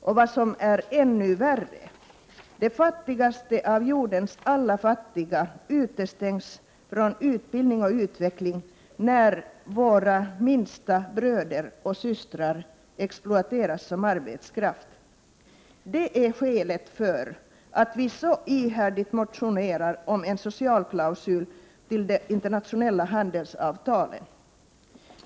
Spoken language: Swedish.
Men vad som är ännu värre är att de fattigaste av jordens alla fattiga utestängs från utbildning och utveckling när våra minsta bröder och systrar exploateras som arbetskraft. Det är skälet till att vi så ihärdigt motionerat om införande av en socialklausul i de internationella handelsavtalen.